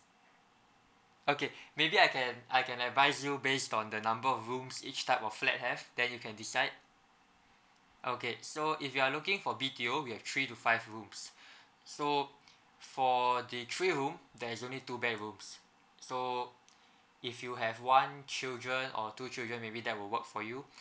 okay maybe I can I can advise you based on the number of rooms each type of flat have then you can decide okay so if you are looking for B_T_O we have three to five rooms so for the three room there is only two bedrooms so if you have one children or two children maybe that would work for you